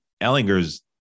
Ellinger's